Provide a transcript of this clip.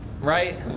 Right